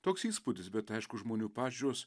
toks įspūdis bet aišku žmonių pažiūros